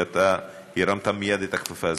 ואתה הרמת מייד את הכפפה הזאת.